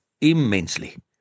immensely